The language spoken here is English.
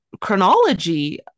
chronology